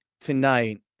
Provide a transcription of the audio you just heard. tonight